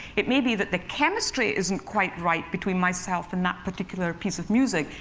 it may be that the chemistry isn't quite right between myself and that particular piece of music,